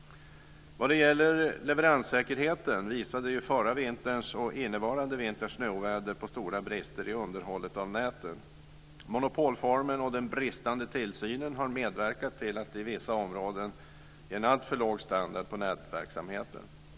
Vad det gäller leveranssäkerheten visade den förra vinterns och den innevarande vinterns snöoväder på stora brister i underhållet av näten. Monopolformen och den bristande tillsynen har medverkat till att det i vissa områden är en alltför låg standard på nätverksamheten.